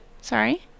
sorry